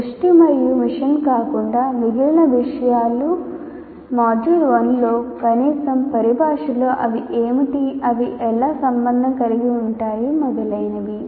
దృష్టి మరియు మిషన్ కాకుండా మిగిలిన విషయాలు మాడ్యూల్ 1 లో కనీసం పరిభాషలో అవి ఏమిటి అవి ఎలా సంబంధం కలిగి ఉన్నాయి మొదలైనవి